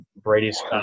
Brady's